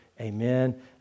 Amen